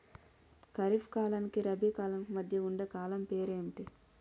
ఖరిఫ్ కాలానికి రబీ కాలానికి మధ్య ఉండే కాలం పేరు ఏమిటి?